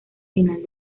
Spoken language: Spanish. final